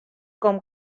com